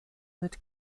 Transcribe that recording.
mit